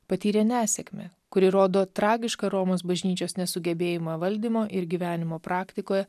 patyrė nesėkmę kuri rodo tragišką romos bažnyčios nesugebėjimą valdymo ir gyvenimo praktikoje